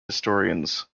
historians